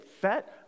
fat